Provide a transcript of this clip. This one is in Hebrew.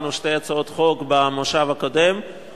העברנו שתי הצעות חוק במושב הקודם,